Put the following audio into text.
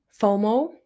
fomo